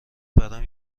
برام